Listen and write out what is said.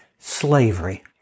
slavery